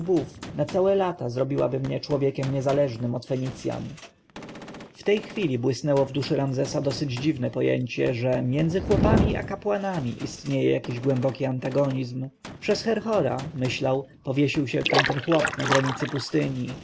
na całe lata zrobiłaby mnie człowiekiem niezależnym od fenicjan w tej chwili błysnęło w duszy ramzesa dosyć dziwne pojęcie że między chłopami a kapłanami istnieje jakiś głęboki antagonizm przez herhora myślał powiesił się tamten chłop na granicy pustyni